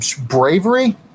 bravery